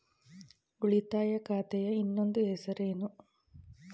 ಉಳಿತಾಯ ಖಾತೆಯ ಇನ್ನೊಂದು ಹೆಸರೇನು?